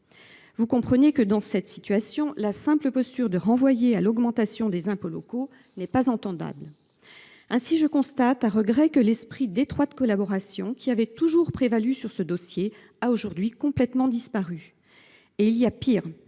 Vous comprenez que, dans cette situation, la simple posture de renvoyer à l’augmentation des impôts locaux n’est pas entendable. Aussi, je constate à regret que l’esprit d’étroite collaboration qui avait toujours prévalu sur ce dossier a désormais complètement disparu. Il y a pire.